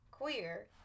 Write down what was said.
Queer